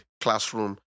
classroom